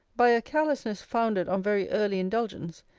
by a carelessness founded on very early indulgence,